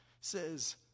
says